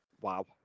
Wow